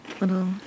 little